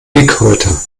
dickhäuter